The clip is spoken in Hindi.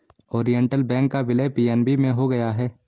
ओरिएण्टल बैंक का विलय पी.एन.बी में हो गया है